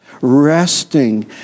resting